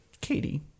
Katie